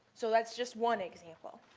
so that's just one example.